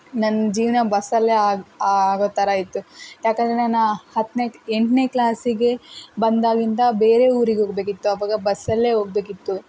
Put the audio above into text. ನನ್ನ ಜೀವನ ಬಸ್ಸಲ್ಲೇ ಆಗಿ ಆಗೋ ಥರ ಇತ್ತು ಏಕಂದ್ರೆ ನಾನು ಹತ್ತನೇ ಎಂಟನೇ ಕ್ಲಾಸ್ಸಿಗೆ ಬಂದಾಗ್ಲಿಂದ ಬೇರೆ ಊರಿಗೆ ಹೋಗಬೇಕಿತ್ತು ಅವಾಗ ಬಸ್ಸಲ್ಲೇ ಹೋಗ್ಬೇಕಿತ್ತು